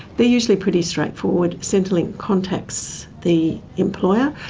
they're usually pretty straightforward. centrelink contacts the employer,